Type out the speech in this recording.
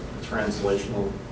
translational